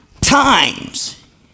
times